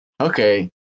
Okay